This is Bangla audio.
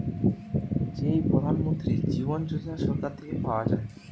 যেই প্রধান মন্ত্রী জীবন যোজনা সরকার থেকে পাওয়া যায়